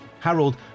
Harold